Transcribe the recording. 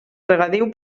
regadiu